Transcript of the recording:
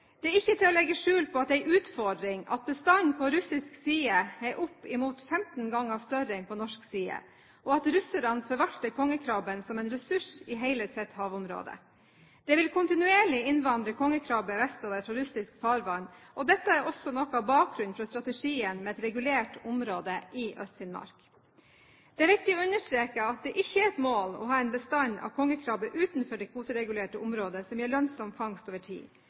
Det er ikke til å legge skjul på at det er en utfordring at bestanden på russisk side er opp mot 15 ganger større enn på norsk side, og at russerne forvalter kongekrabben som en ressurs i hele sitt havområde. Det vil kontinuerlig innvandre kongekrabbe vestover fra russisk farvann, og dette er også noe av bakgrunnen for strategien med et regulert område i Øst-Finnmark. Det er viktig å understreke at det ikke er et mål å ha en bestand av kongekrabbe utenfor det kvoteregulerte området som gir lønnsom fangst over tid.